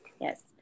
Yes